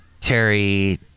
Terry